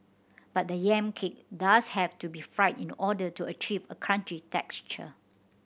but the yam cake does have to be fried in the order to achieve a crunchy texture